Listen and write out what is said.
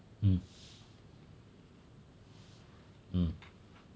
mm mm